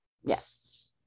Yes